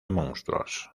monstruos